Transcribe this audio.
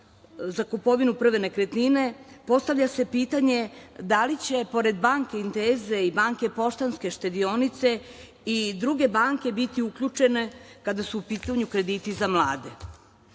za kupovinu prve nekretnine postavlja se pitanje da li će pored banke Inteze i banke Poštanske štedionice i druge banke biti uključene kada su u pitanju krediti za mlade. Takođe